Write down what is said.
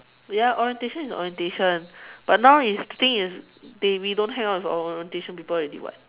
ya orientation is orientation but now is the thing is they we don't hang out with orientation people already [what]